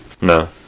No